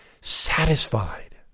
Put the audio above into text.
satisfied